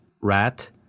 rat